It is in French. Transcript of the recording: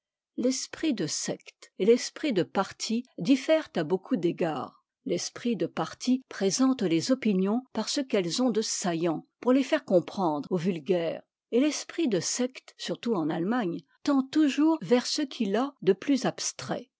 l'esprit de secte et l'esprit de parti diffèrent à beaucoup d'égards l'esprit de parti présente les opinions par ce qu'elles ont de saillant pour les faire comprendre au vulgaire et l'esprit de secte surtout en allemagne tend toujours vers ce qu'il a de plus abstrait